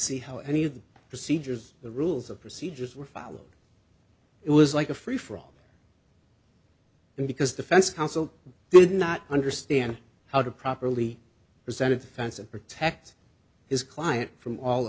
see how any of the procedures the rules of procedures were followed it was like a free for all and because defense counsel did not understand how to properly presented fence and protect his client from all